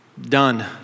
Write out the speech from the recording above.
Done